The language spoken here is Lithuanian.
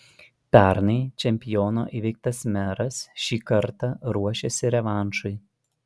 pernai čempiono įveiktas meras šį kartą ruošiasi revanšui